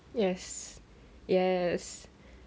yes yes